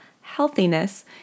healthiness